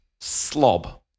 Slob